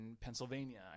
pennsylvania